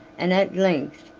and at length,